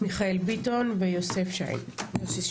מיכאל ביטון ויוסף שיין.